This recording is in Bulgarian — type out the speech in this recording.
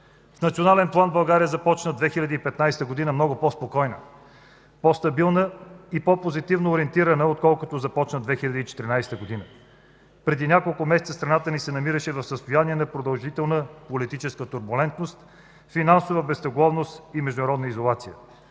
В национален план България започна 2015 г. много по-спокойна, по-стабилна и по-позитивно ориентирана, отколкото започна 2014 г. Преди няколко месеца страната ни се намираше в състояние на продължителна политическа турбулентност, финансова безтегловност и международна изолация.